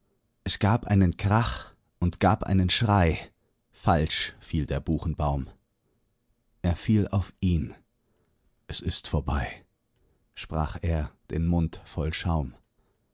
es gab einen krach und gab einen schrei falsch fiel der buchenbaum er fiel auf ihn es ist vorbei sprach er den mund voll schaum